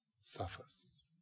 suffers